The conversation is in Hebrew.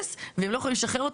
הם לא יכולים לשחרר אותם.